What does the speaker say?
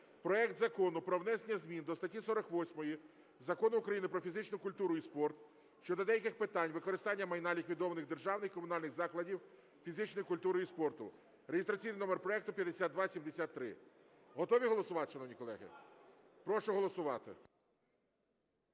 проект Закону про внесення змін до статті 48 Закону України "Про фізичну культуру і спорт" щодо деяких питань використання майна ліквідованих державних і комунальних закладів фізичної культури і спорту (реєстраційний номер проекту 5273). Готові голосувати, шановні колеги? Прошу голосувати.